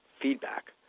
feedback